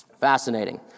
Fascinating